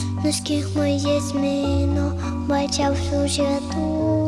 nuskink man jazminų balčiausių žiedų